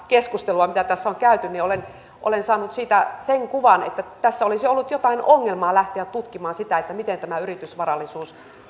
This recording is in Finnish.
keskustelua mitä tässä on käyty olen olen saanut siitä sen kuvan että tässä olisi ollut jotain ongelmaa lähteä tutkimaan sitä miten tämä yritysvarallisuus